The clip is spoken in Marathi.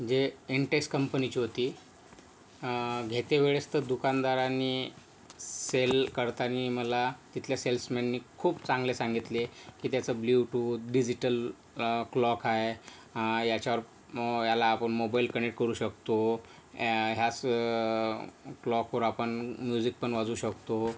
जे इंटेक्स कंपनीची होती घेते वेळेस तर दुकानदारानी सेल करताना मला तिथल्या सेल्समॅननी खूप चांगले सांगितले की त्याचं ब्ल्यू टूथ डिजिटल क्लॉक आहे याच्यावर याला आपण मोबाईल कनेक्ट करू शकतो ह्या ह्याच क्लॉकवर आपण म्युझिक पण वाजवू शकतो